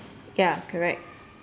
ya correct